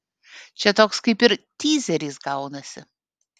čia toks kaip ir tyzeris gaunasi